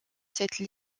cette